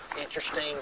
interesting